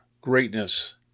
greatness